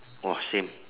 !wah! same